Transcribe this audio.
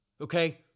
okay